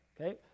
okay